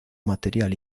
material